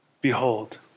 Behold